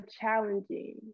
challenging